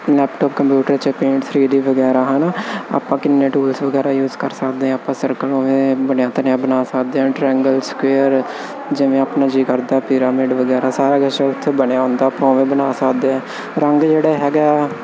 laptop computer ਚਪੇਟ three D ਵਗੈਰਾ ਹਨਾ ਆਪਾਂ ਕਿੰਨੇ ਟੂਲਸ ਵਗੈਰਾ ਯੂਜ ਕਰ ਸਕਦੇ ਆਂ ਆਪਾਂ ਸਰਕਲ ਹੋਵੇ ਬਣਿਆ ਤਨਿਆ ਬਣਾ ਸਕਦੇ ਆ ਟਰਗਲ ਸਕਰ ਜਿਵੇਂ ਆਪਣਾ ਜੀ ਕਰਦਾ ਪਿਰਾਮਿਡ ਵਗੈਰਾ ਸਾਰਾ ਕੁਛ ਉਥੇ ਬਣਿਆ ਹੁੰਦਾ ਭਾਵੇਂ ਬਣਾ ਸਕਦੇ ਰੰਗ ਜਿਹੜਾ ਹੈਗਾ ਉਹ ਆਪਾਂ